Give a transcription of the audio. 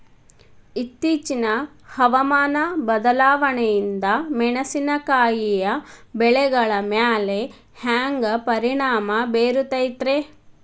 ಇತ್ತೇಚಿನ ಹವಾಮಾನ ಬದಲಾವಣೆಯಿಂದ ಮೆಣಸಿನಕಾಯಿಯ ಬೆಳೆಗಳ ಮ್ಯಾಲೆ ಹ್ಯಾಂಗ ಪರಿಣಾಮ ಬೇರುತ್ತೈತರೇ?